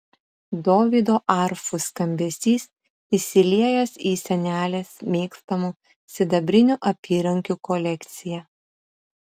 dovydo arfų skambesys įsiliejęs į senelės mėgstamų sidabrinių apyrankių kolekciją